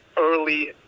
early